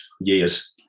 years